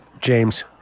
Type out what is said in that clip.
James